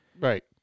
Right